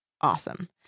awesome